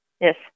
Yes